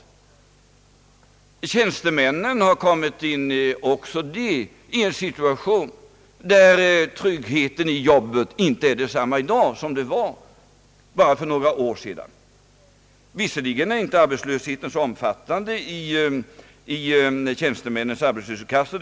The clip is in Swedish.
Också tjänstemännen har kommit in i en situation där tryggheten i jobbet inte är densamma i dag som den var bara för några år sedan. Arbetslösheten är inte lika omfattande i tjänstemännens arbetslöshetskassor.